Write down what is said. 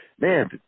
man